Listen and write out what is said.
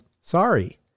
Sorry